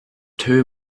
too